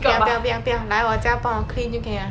不要不要不要不要来我家帮我 clean 就可以 liao